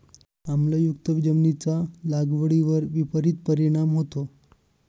आम्लयुक्त जमिनीचा लागवडीवर विपरीत परिणाम होतो